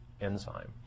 enzyme